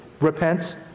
Repent